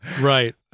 Right